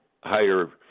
higher